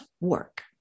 work